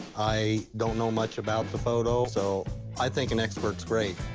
i don't know much about the photo, so i think an expert's great.